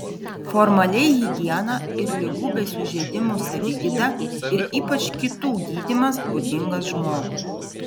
formaliai higiena ir ligų bei sužeidimų savigyda ir ypač kitų gydymas būdingas žmogui